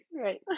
Right